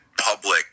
public